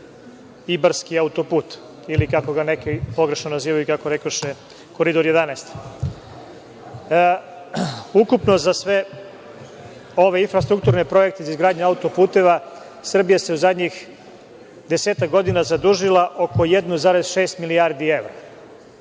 Ibarski autoput, ili kako ga neki pogrešno nazivaju – Koridor 11.Ukupno za sve ove infrastrukturne projekte, za izgradnju autoputeva Srbija se u zadnjih desetak godina zadužila oko 1,6 milijardi evra.